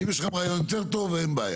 אם יש לכם רעיון יותר טוב, אין בעיה.